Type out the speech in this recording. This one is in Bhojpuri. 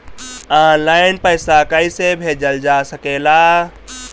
आन लाईन पईसा कईसे भेजल जा सेकला?